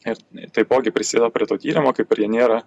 ir taipogi prisideda prie to tyrimo kaip ir jie nėra